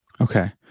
okay